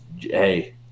hey